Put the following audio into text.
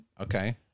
Okay